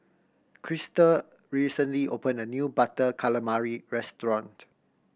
Crysta recently opened a new Butter Calamari restaurant